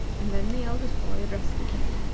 and then the eldest boy addressed the king.